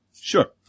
Sure